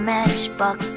Matchbox